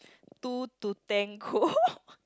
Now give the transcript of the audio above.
two to tango